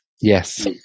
Yes